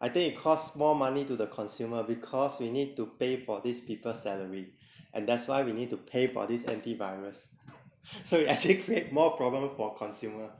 I think it costs more money to the consumer because we need to pay for these people salary and that's why we need to pay for this anti-virus so we actually create more problem for consumer